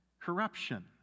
corruption